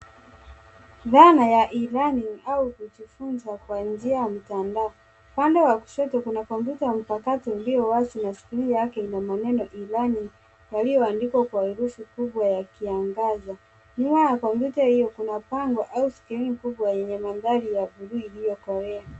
Dhana ya e-learning ama kujifunza kwa njia ya mtandao. Upande wa kushoto kuna kompyuta mpakato iliyo wazi na skrini yake ina maneno, e-learning, yaliyoandikwa kwa herufi kubwa yakiangaza. Nyuma ya kompyuta hio kuna bango au skrini kubwa yenye mandhari ya bluu iliyokolea.